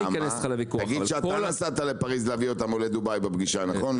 תגיד שאתה נסעת להביא אותם מפריז או לדובאי לפגישה נכון?